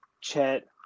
Chet